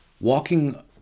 walking